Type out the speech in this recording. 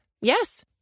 Yes